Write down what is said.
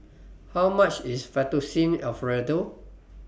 How much IS Fettuccine Alfredo